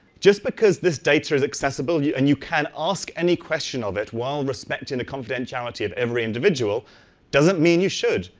just because this data is accessible and you can ask any question of it while respecting the um individuality of every individual doesn't mean you should.